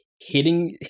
Hitting